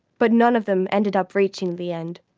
but none of them ended up reaching the end.